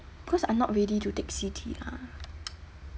because I not ready to take C_T lah